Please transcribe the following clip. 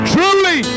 Truly